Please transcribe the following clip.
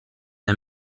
der